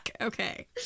Okay